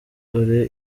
dore